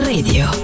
Radio